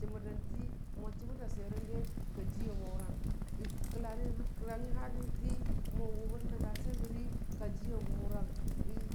chəmər da swerənde ka ji u waʊrang kəlangyi harni tii mo wʊbən nənga swe gəri kajia waʊrang "ə"